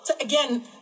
again